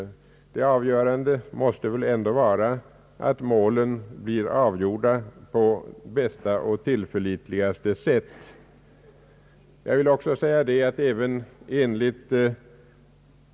Det avgörande måste ändå vara att målen blir avgjorda på bästa och = tillförlitligaste sätt.